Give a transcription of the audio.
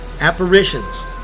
Apparitions